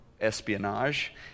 espionage